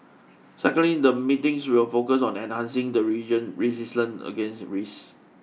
secondly the meetings will focus on enhancing the region resilience against risks